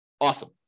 Awesome